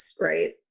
right